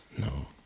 No